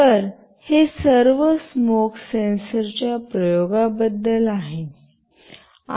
तर हे सर्व स्मोक सेन्सरच्या प्रयोगाबद्दल आहे